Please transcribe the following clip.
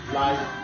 life